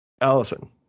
allison